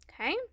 Okay